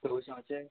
तावश्याचें